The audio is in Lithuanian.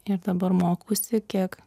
ir dabar mokausi kiek